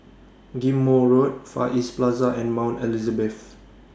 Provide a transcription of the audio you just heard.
Ghim Moh Road Far East Plaza and Mount Elizabeth